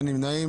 אין נמנעים,